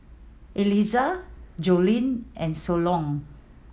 Elyssa Joline and Solon